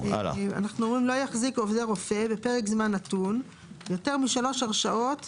לא יחזיק עוזר רופא בפרק זמן נתון יותר משלוש הרשאות